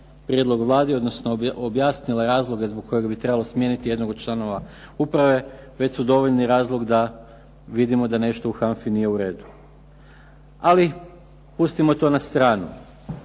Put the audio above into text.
prijedlog Vladi, odnosno objasnila razloge zbog kojih bi trebalo smijeniti jednog od članova uprave već su dovoljni razlog da vidimo da nešto u HANFA-i nije u redu. Ali pustimo to na stranu.